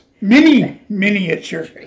Mini-miniature